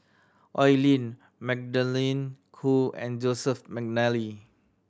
Oi Lin Magdalene Khoo and Joseph McNally